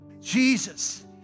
Jesus